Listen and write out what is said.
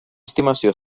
estimació